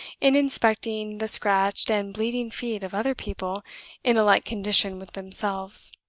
in inspecting the scratched and bleeding feet of other people in a like condition with themselves.